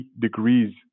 degrees